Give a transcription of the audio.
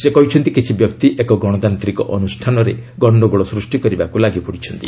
ସେ କହିଛନ୍ତି କିଛି ବ୍ୟକ୍ତି ଏକ ଗଣତାନ୍ତିକ ଅନୁଷ୍ଠାନରେ ଗଣ୍ଡଗୋଳ ସୂଷ୍ଟି କରିବାକୁ ଲାଗିପଡ଼ିଛନ୍ତି